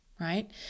Right